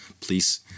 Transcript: please